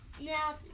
Now